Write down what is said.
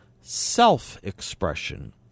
Self-expression